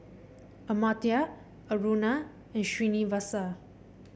Amartya Aruna and Srinivasa